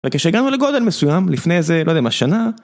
וכשהגענו לגודל מסוים לפני איזה לא יודע מה איזה שנה